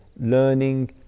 learning